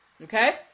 okay